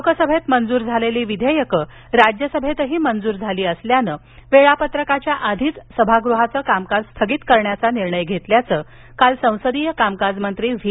लोकसभेत मंजूर झालेली विधेयक राज्यसभेतही मंजूर झाली असल्यानं वेळापत्रकाच्या आधीच सभागृहात कामकाज स्थगित करण्याचा निर्णय घेतल्याचं काल संसदीय कामकाज मंत्री व्ही